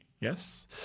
Yes